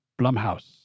Blumhouse